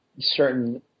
certain